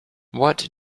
what